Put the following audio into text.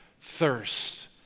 thirst